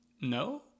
No